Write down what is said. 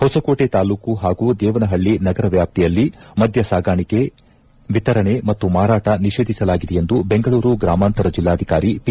ಹೊಸಕೋಟೆ ತಾಲೂಕು ಹಾಗೂ ದೇವನಹಳ್ಳಿ ನಗರ ವ್ಯಾಪ್ತಿಯಲ್ಲಿ ಮಧ್ಯ ಸಾಗಾಣಿಕೆ ವಿತರಣೆ ಮತ್ತು ಮಾರಾಟ ನಿಷೇಧಿಸಲಾಗಿದೆ ಎಂದು ಬೆಂಗಳೂರು ಗ್ರಾಮಾಂತರ ಜೆಲ್ಲಾಧಿಕಾರಿ ಪಿ